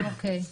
אוקיי.